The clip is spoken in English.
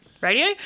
radio